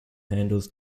handles